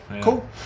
cool